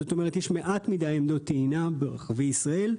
זאת אומרת, יש מעט מדי עמדות טעינה ברחבי ישראל,